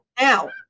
Now